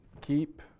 Keep